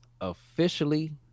officially